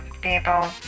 people